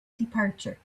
departure